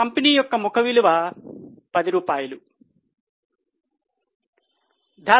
company యొక్క ముఖ విలువ రూ 10